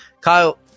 Kyle